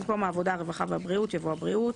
במקום "העבודה החולההרווחה והבריאות" יבוא "הבריאות".